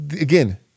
again